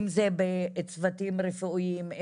אם זה צוותים רפואיים,